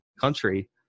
country